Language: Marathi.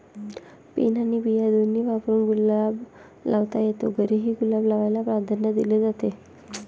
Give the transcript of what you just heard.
पेन आणि बिया दोन्ही वापरून गुलाब लावता येतो, घरीही गुलाब लावायला प्राधान्य दिले जाते